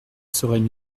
seraient